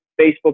Facebook